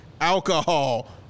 alcohol